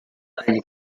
eine